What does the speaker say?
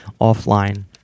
offline